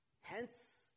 Hence